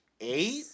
eight